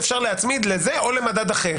אפשר להצמיד לזה או למדד אחר.